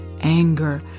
anger